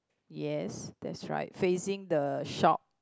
yes that's right facing the shop